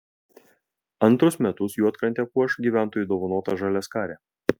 antrus metus juodkrantę puoš gyventojų dovanota žaliaskarė